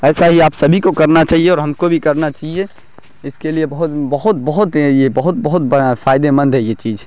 ایسا ہی آپ سبھی کو کرنا چاہیے اور ہم کو بھی کرنا چاہیے اس کے لیے بہت بہت بہت یہ بہت بہت بڑا فائدےمند ہے یہ چیز